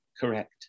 correct